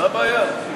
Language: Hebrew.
מה הבעיה?